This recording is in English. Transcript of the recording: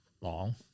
long